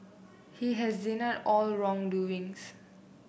he has denied all wrongdoings